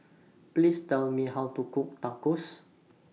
Please Tell Me How to Cook Tacos